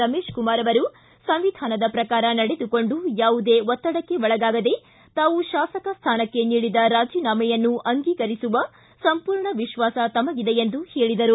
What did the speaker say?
ರಮೇಶಕುಮಾರ ಅವರು ಸಂವಿಧಾನದ ಪ್ರಕಾರ ನಡೆದುಕೊಂಡು ಯಾವುದೇ ಒತ್ತಡಕ್ಕೆ ಒಳಗಾಗದೇ ತಾವು ಶಾಸಕ ಸ್ಯಾನಕ್ಕೆ ನೀಡಿದ ರಾಜೀನಾಮೆಯನ್ನು ಅಂಗಿಕರಿಸುವ ಸಂಪೂರ್ಣ ವಿಶ್ವಾಸ ತಮಗಿದೆ ಎಂದು ಹೇಳಿದರು